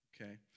okay